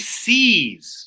sees